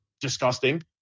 disgusting